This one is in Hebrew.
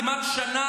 כמעט שנה,